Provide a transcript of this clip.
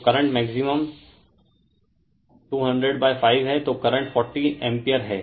तो current maximum 2005 है तो करंट 40 एम्पीयर है